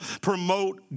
promote